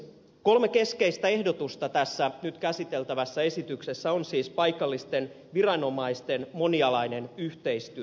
kolme keskeistä ehdotusta tässä nyt käsiteltävässä esityksessä ovat siis ensinnäkin paikallisten viranomaisten monialainen yhteistyö